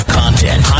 content